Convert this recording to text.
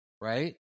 Right